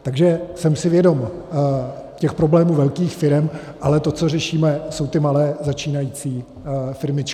Takže jsem si vědom těch problémů velkých firem, ale to, co řešíme, jsou ty malé začínající firmičky.